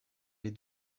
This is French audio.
les